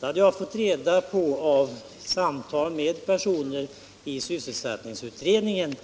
Det hade jag fått reda på vid samtal med personer i sysselsättningsutredningen.